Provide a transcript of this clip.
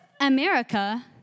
America